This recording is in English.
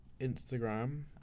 instagram